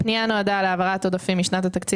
הפנייה התקציבית נועדה להעברת עודפים משנת התקציב